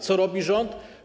Co robi rząd?